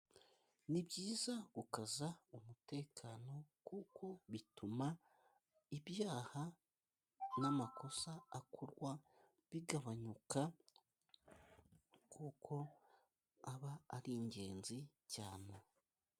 Ni byiza gukaza umutekano kuko bituma ibyaha n'amakosa akorwa, bigabanyuka kuko aba ari ingenzi cyane.